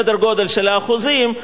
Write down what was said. סדר-גודל של האחוזים,